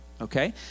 okay